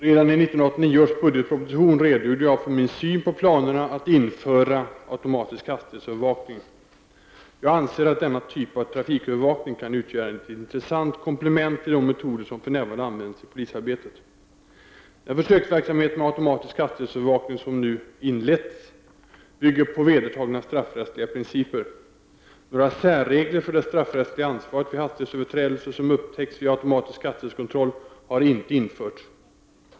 Redan i 1989 års budgetproposition redogjorde jag för min syn på planerna att införa automatisk hastighetsövervakning. Jag anser att denna typ av trafikövervakning kan utgöra ett intressant komplement till de metoder som för närvarande används i polisarbetet. Den försöksverksamhet med automatisk hastighetsövervakning som nu inletts bygger på vedertagna straffrättsliga principer. Några särregler för det straffrättsliga ansvaret vid hastighetsöverträdelser som upptäcks vid automatisk hastighetskontroll har inte införts.